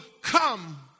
come